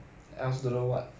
ah mind your language ah